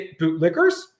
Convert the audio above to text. bootlickers